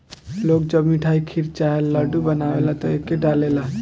लोग जब मिठाई, खीर चाहे लड्डू बनावेला त एके डालेला